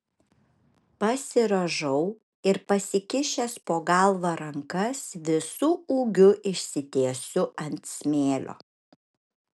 pasirąžau ir pasikišęs po galva rankas visu ūgiu išsitiesiu ant smėlio